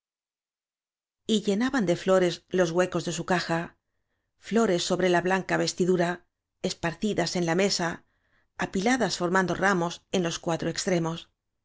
llenaban de flores los huecos de su caja flores sobre la blanca vestidura esparcidas en la mesa apiladas formando ramos en los cuatro extremos